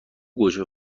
گوجه